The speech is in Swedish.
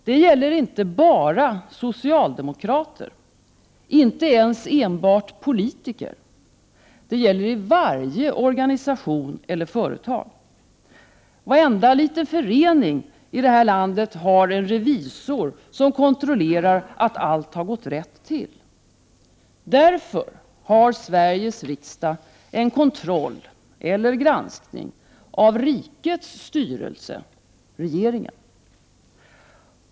Det gäller inte bara socialdemokrater, inte ens enbart politiker. Det gäller i varje organisation eller företag. Varenda liten förening i detta land har en revisor, som kontrollerar att allt har gått rätt till. Därför har Sveriges riksdag en kontroll eller granskning av rikets styrelse — regeringen.